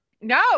no